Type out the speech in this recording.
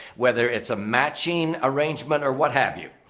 whether it's a matching, arrangement or what have you.